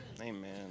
Amen